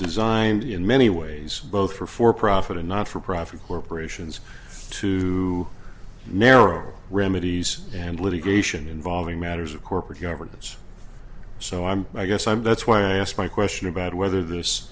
designed in many ways both for for profit and not for profit corporations to narrow remedies and litigation involving matters of corporate governance so i'm i guess i'm that's why i asked my question about whether this